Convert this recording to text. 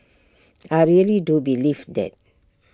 I really do believe that